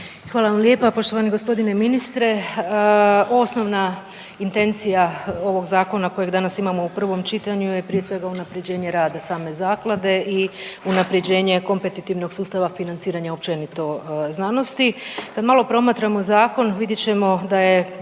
Hvala vam lijepa poštovani g. ministre. Osnovna intencija ovog zakona kojeg danas imamo u prvom čitanju je prije svega unaprjeđenje rada same zaklade i unaprjeđenje kompetetivnog sustava financiranja općenito znanosti. Kad malo promatramo zakon vidjet ćemo da je